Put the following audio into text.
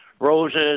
roses